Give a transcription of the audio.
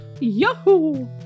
Yahoo